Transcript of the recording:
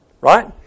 Right